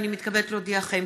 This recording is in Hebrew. הינני מתכבדת להודיעכם,